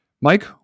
Mike